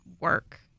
work